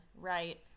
right